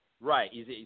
Right